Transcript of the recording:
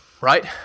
right